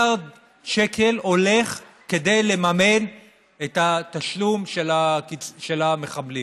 הולך כדי לממן את התשלום של המחבלים.